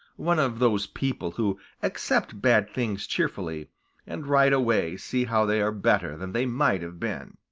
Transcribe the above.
one of those people who accept bad things cheerfully and right away see how they are better than they might have been.